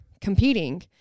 competing